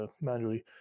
manually